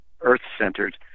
earth-centered